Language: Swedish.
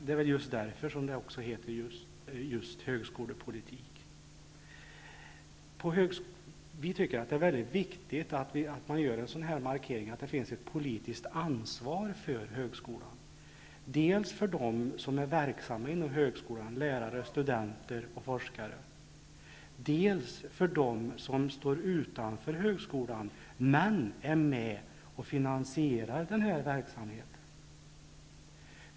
Det är väl därför som det kallas just högskolepolitik. Vi tycker att det är väldigt viktigt att markera att det finns ett politiskt ansvar för högskolan, dels för dem som är verksamma inom högskolan -- lärare, studenter och forskare --, dels för dem som står utanför högskolan men är med och finansierar verksamheten.